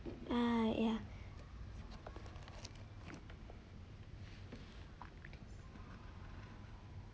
ah ya